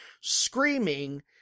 screaming